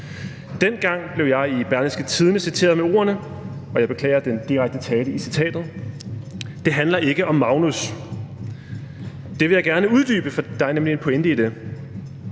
Dengang blev jeg i Berlingske citeret med ordene – og jeg beklager den direkte tiltale i citatet: »Det handler ikke om Magnus«. Det vil jeg gerne uddybe, for der er nemlig en pointe i det.